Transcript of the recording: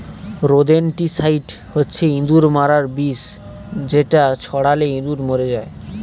rodenticide হচ্ছে ইঁদুর মারার বিষ যেটা ছড়ালে ইঁদুর মরে যায়